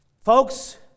folks